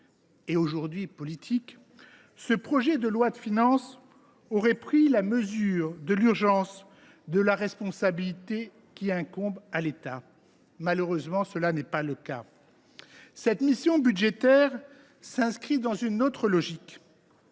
et aujourd’hui politique, ce projet de loi de finances prendrait la mesure de l’urgence de la responsabilité qui incombe à l’État. Ce n’est, hélas ! nullement le cas. Cette mission budgétaire s’inscrit dans une autre logique,